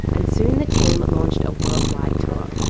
and soon the team launched a worldwide tour.